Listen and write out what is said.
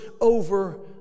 over